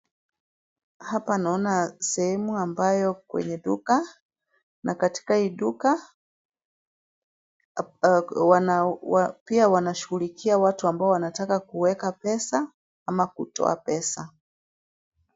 Hapa naona sehemu ambayo kwenye duka na katika hii duka pia wanashughulikia watu ambao wanataka kuweka pesa ama kutoa pesa.